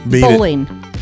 Bowling